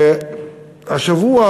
השבוע